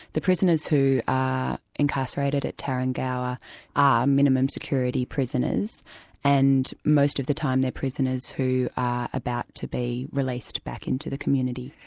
the prisoners who are incarcerated at tarrengower are minimum security prisoners and most of the time they're prisoners who are about to be released back into the community.